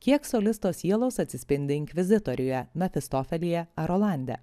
kiek solisto sielos atsispindi inkvizitoriuje mefistofelyje ar olande